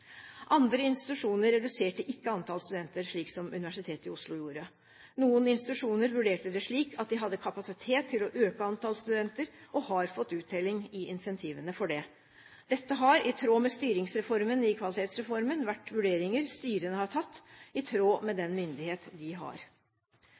Andre institusjoner reduserte ikke antall studenter, slik som Universitetet i Oslo gjorde. Noen institusjoner vurderte det slik at de hadde kapasitet til å øke antall studenter, og har fått uttelling i incentivene for det. Dette har, i tråd med styringsreformen i Kvalitetsreformen, vært vurderinger styrene har tatt i tråd med den myndighet de